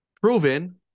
proven